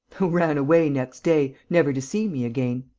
who ran away next day, never to see me again.